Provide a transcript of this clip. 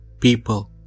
people